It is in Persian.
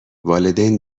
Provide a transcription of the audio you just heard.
والدین